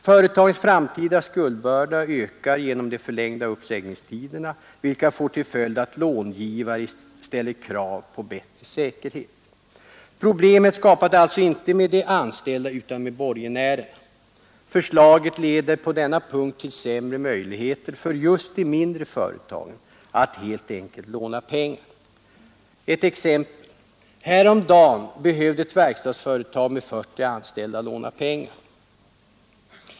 Företagens framtida skuldbörda ökar genom de förlängda uppsägningstiderna, vilka får till följd att långivare ställer krav på bättre säkerhet. Problemet skapas alltså inte med de anställda utan med borgenärerna. Förslaget leder på denna punkt till sämre möjligheter för just de mindre företagen att helt enkelt låna pengar. Ett exempel: Häromdagen behövde ett verkstadsföretag med 40 anställda långa pengar.